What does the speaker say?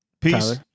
Peace